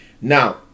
now